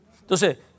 Entonces